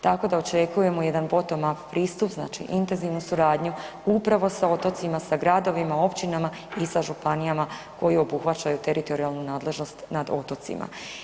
Tako da očekujemo jedan bottom up pristup znači intenzivnu suradnju upravo sa otocima sa gradovima, općinama i sa županijama koje obuhvaćaju teritorijalnu nadležnost nad otocima.